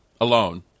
alone